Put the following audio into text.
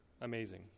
amazing